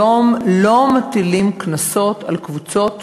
לא מטילים קנסות על קבוצות